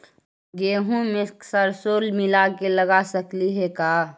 गेहूं मे सरसों मिला के लगा सकली हे का?